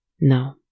No